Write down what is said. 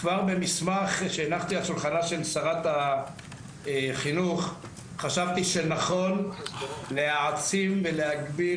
כבר במסמך שהנחתי על שולחנה של שרת החינוך חשבתי שנכון להעצים ולהגביר